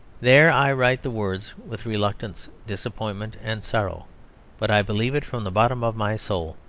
there! i write the words with reluctance, disappointment, and sorrow but i believe it from the bottom of my soul.